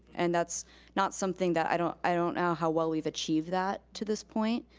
and that's not something that, i don't i don't know how well we've achieved that to this point.